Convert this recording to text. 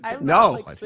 No